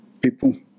people